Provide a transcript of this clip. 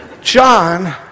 John